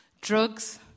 drugs